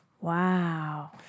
Wow